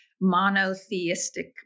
monotheistic